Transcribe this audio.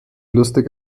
lustig